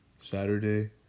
Saturday